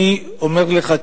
אני אומר לך,